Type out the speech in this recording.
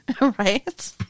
Right